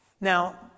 Now